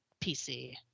pc